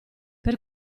per